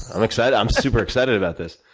and like so i'm super-excited about this.